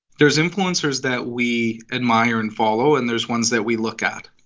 there's influencers that we admire and follow, and there's ones that we look at,